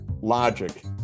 logic